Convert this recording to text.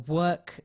work